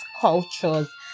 cultures